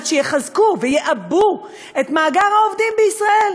שיחזקו ויעבו את מאגר העובדים בישראל.